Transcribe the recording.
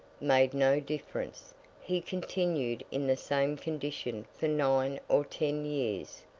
made no difference he continued in the same condition for nine or ten years,